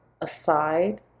aside